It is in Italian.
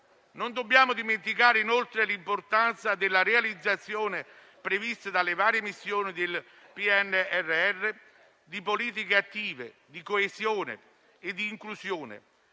Non dobbiamo dimenticare, inoltre, l'importanza della realizzazione, prevista dalle varie missioni del PNRR, di politiche attive, di coesione e inclusione: